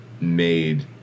made